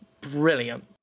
Brilliant